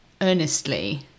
earnestly